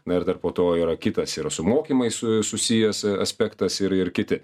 na ir dar po to yra kitas yra su mokymais susijęs aspektas ir ir kiti